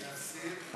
להסיר.